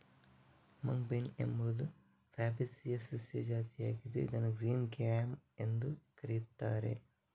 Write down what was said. mung bean ಎಂಬುದು Fabaceae ಸಸ್ಯ ಜಾತಿಯಾಗಿದ್ದು ಇದನ್ನು ಗ್ರೀನ್ ಗ್ರ್ಯಾಮ್ ಎಂದೂ ಕರೆಯುತ್ತಾರೆ